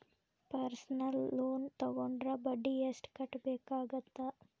personal loan ತೊಗೊಂಡ್ರ ಬಡ್ಡಿ ಎಷ್ಟ್ ಕಟ್ಟಬೇಕಾಗತ್ತಾ